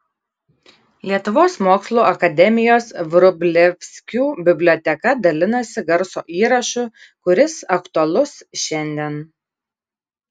lietuvos mokslų akademijos vrublevskių biblioteka dalinasi garso įrašu kuris aktualus šiandien